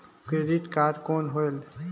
Credit card कौन होएल?